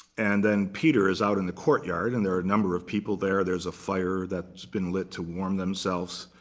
and then peter is out in the courtyard, and there are a number of people there. there's a fire that's been lit to warm themselves.